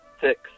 Six